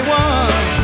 one